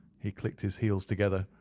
he clicked his heels together,